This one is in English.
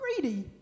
Greedy